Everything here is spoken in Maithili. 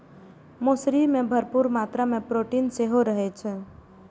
मौसरी मे भरपूर मात्रा मे प्रोटीन सेहो रहै छै